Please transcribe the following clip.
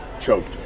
choked